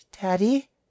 Daddy